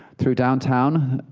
through downtown,